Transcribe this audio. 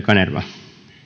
puhemies